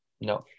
No